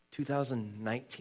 2019